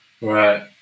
Right